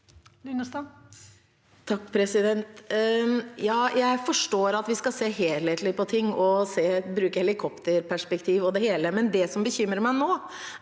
Linnestad (H) Jeg forstår at vi skal se helhetlig på ting og bruke helikopterperspektiv og det hele, men det som bekymrer meg nå,